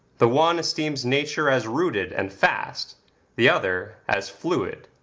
the one esteems nature as rooted and fast the other, as fluid,